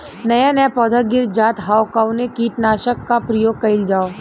नया नया पौधा गिर जात हव कवने कीट नाशक क प्रयोग कइल जाव?